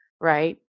right